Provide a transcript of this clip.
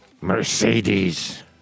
Mercedes